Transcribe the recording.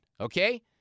Okay